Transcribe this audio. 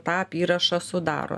tą apyrašą sudaro